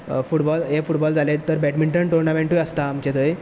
football हें football जालें तर बॅडमिंटनूय टुर्नामेंट आसता आमचे थंय